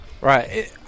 Right